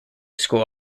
school